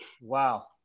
Wow